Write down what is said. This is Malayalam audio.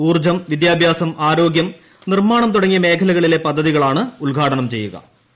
ഊർജ്ജം വിദ്യാഭ്യാസം ആരോഗ്യം നിർമ്മാണ് തുടങ്ങിയ മേഖലകളിലെ പദ്ധതികളാണ് ഉദ്ഘാടനം ചെയ്യുക ബീഹാർ പി